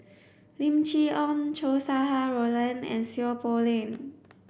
Lim Chee Onn Chow Sau Hai Roland and Seow Poh Leng